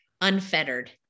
unfettered